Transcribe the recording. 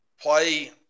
Play